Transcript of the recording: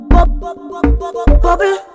Bubble